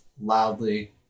loudly